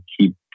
keep